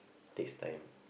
takes time